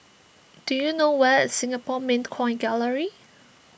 do you know where is Singapore Mint Coin Gallery